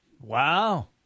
Wow